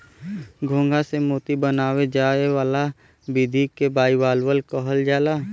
घोंघा से मोती बनाये जाए वाला विधि के बाइवाल्वज कहल जाला